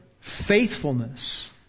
faithfulness